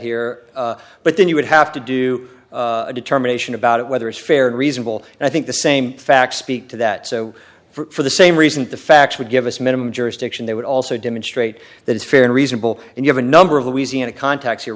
here but then you would have to do a determination about whether it's fair and reasonable and i think the same facts speak to that so for the same reasons the facts would give us minimum jurisdiction they would also demonstrate that is fair and reasonable and you have a number of louisiana contacts